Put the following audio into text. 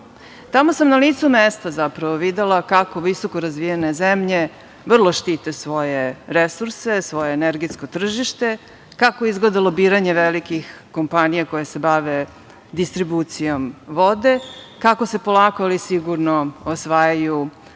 Tamo sam na licu mesta videla kako visoko razvijene zemlje štite svoje resurse, svoje energetsko tržište, kako izgleda lobiranje velikih kompanija koje se bave distribucijom vode, kako se polako ali sigurno osvajaju